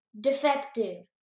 defective